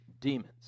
demons